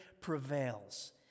prevails